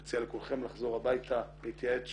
אני מציע לכולכם לחזור הביתה, להתייעץ שוב,